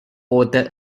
author